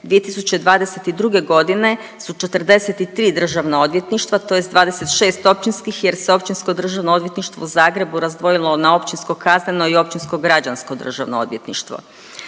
1.3.2022. g. su 43 državna odvjetništva, tj. 26 općinskih jer se Općinsko državno odvjetništvo u Zagrebu razdvojilo na Općinsko kazneno i Općinsko građansko državno odvjetništvo.